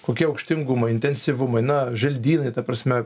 kokie aukštingumai intensyvumai na želdynai ta prasme